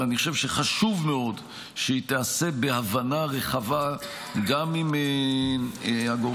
אבל אני חושב שחשוב מאוד שהיא תיעשה בהבנה רחבה גם עם הגורמים